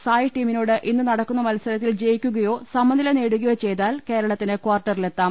സായ് ടീമിനോട് ഇന്ന് നടക്കുന്ന മത്സരത്തിൽ ജയിക്കുകയോ സമനില നേടുകയോ ചെയ്താൽ കേരളത്തിന് കാർട്ടറിലെ ത്താം